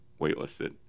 waitlisted